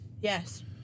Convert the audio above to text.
Yes